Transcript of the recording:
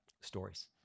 stories